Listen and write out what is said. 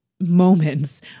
moments